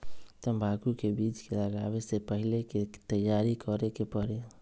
तंबाकू के बीज के लगाबे से पहिले के की तैयारी करे के परी?